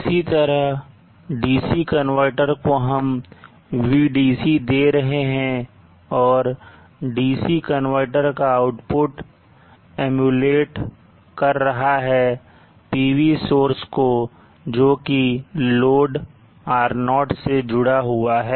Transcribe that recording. इसी तरह DC converter को हम Vdc दे रहे हैं और DC कनवर्टर का आउटपुट emulate कर रहा है PV सोर्स को जोकि लोड R0 से जुड़ा हुआ है